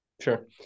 Sure